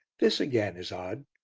this, again, is odd.